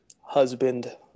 husband